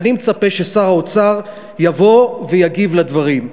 אני מצפה ששר האוצר יבוא ויגיב על הדברים.